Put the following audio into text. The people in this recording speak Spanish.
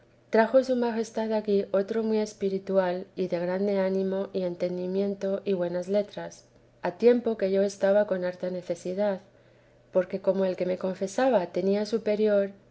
trajo su majestad aquí otro muy espiritual y de grande ánimo y entendimiento y buenas letras a tiempo que yo estaba con harta necesidad porque como el que me confesaba tenía superior